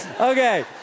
okay